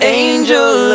angel